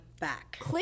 back